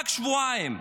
רק שבועיים,